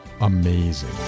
amazing